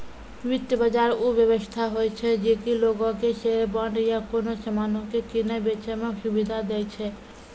वित्त बजार उ व्यवस्था होय छै जे कि लोगो के शेयर, बांड या कोनो समानो के किनै बेचै मे सुविधा दै छै